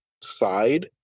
side